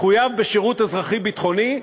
יחויב בשירות אזרחי-ביטחוני,